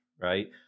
right